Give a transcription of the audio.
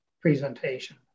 presentation